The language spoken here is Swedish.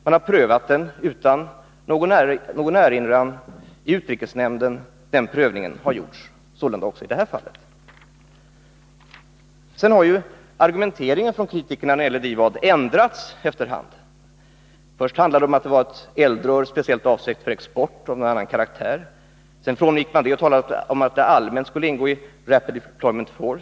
Man har prövat frågan utan någon erinran i utrikesnämnden. Sådan prövning har gjorts också i detta fall. Sedan har argumenteringen från kritikerna när det gäller DIVAD efter hand förändrats. Först handlade det om att det var ett eldrör speciellt avsett för export och av annan karaktär. Sedan övergick man till att tala om att det allmänt skulle ingå i Rapid Deployment Force.